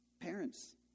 Parents